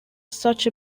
such